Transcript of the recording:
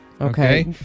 Okay